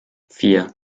vier